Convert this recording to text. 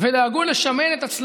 ובין היתר לבנות מחדש תיאטרון